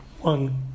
one